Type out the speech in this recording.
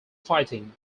fighting